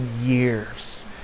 years